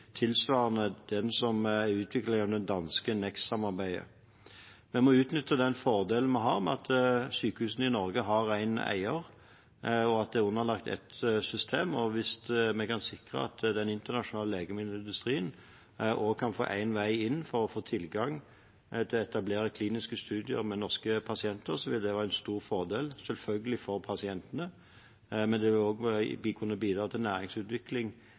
tilsvarende utviklingen av det danske NEXT-samarbeidet. Vi må utnytte den fordelen vi har med at sykehusene i Norge har én eier, og at det er underlagt ett system. Hvis vi kan sikre at den internasjonale legemiddelindustrien også kan få én vei inn for å få tilgang til å etablere kliniske studier med norske pasienter, vil det være en stor fordel for pasientene, selvfølgelig, men det vil også kunne bidra til næringsutvikling